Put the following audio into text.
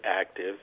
active